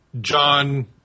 John